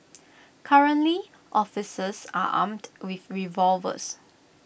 currently officers are armed with revolvers